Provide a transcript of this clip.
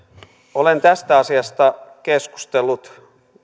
olen tästä asiasta keskustellut